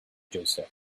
joseph